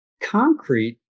concrete